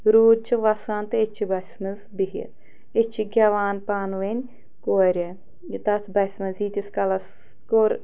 روٗد چھُ وَسان تہٕ أسۍ چھِ بَسہِ منٛز بِہِتھ أسۍ چھِ گٮ۪وان پانہٕ ؤنۍ کورِ یہِ تَتھ بَسہِ منٛز ییٖتِس کالَس کوٚر